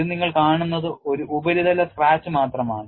ഇത് നിങ്ങൾ കാണുന്നത് ഒരു ഉപരിതല സ്ക്രാച്ച് മാത്രമാണ്